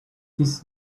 this